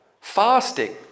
fasting